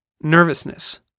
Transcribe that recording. nervousness